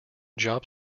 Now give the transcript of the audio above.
job